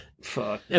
fuck